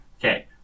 Okay